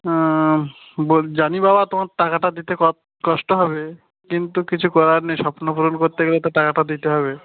হ্যাঁ বল জানি বাবা তোমার টাকাটা দিতে কষ্ট হবে কিন্তু কিছু করার নেই স্বপ্ন পূরণ করতে গেলে তো টাকাটা দিতে হবে